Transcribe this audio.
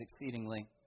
exceedingly